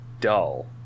dull